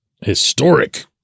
historic